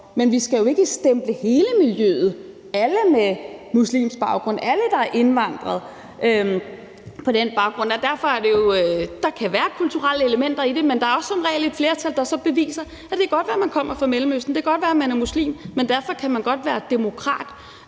men vi skal jo ikke stemple hele miljøet, alle med muslimsk baggrund og alle, der er indvandret, på den baggrund. Der kan være kulturelle elementer i det, men der er som regel også et flertal, der så beviser, at det godt kan være, man kommer fra Mellemøsten, og det godt kan være, at man er muslim, men at derfor kan man godt være demokrat,